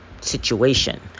situation